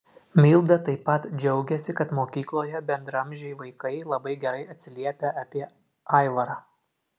milda taip pat džiaugiasi kad mokykloje bendraamžiai vaikai labai gerai atsiliepia apie aivarą